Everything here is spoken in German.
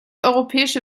europäische